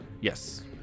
Yes